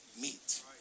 meet